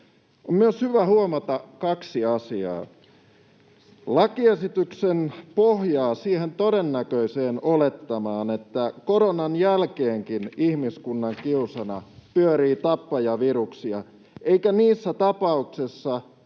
On myös hyvä huomata kaksi asiaa: Lakiesitys pohjaa siihen todennäköiseen olettamaan, että koronan jälkeenkin ihmiskunnan kiusana pyörii tappajaviruksia, eikä niissä tapauksissa